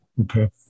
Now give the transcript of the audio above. okay